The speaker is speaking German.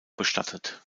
bestattet